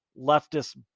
leftist